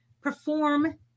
perform